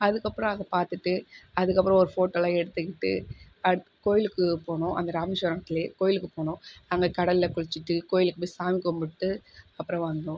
அதற்கப்பறம் அதை பார்த்துட்டு அதற்கப்பறம் ஒரு ஃபோட்டோலாம் எடுத்துக்கிட்டு அடுத் கோயிலுக்கு போனோம் அங்கே ராமேஸ்வரத்துல கோயிலுக்கு போனோம் அங்கே கடலில் குளிச்சிவிட்டு கோயிலுக்கு போய் சாமி கும்பிட்டு அப்புறம் வந்தோம்